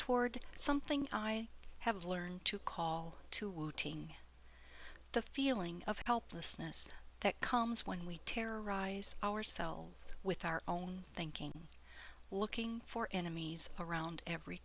toward something i have learned to call to routine the feeling of helplessness that comes when we terrorize ourselves with our own thinking looking for enemies around every